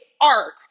Art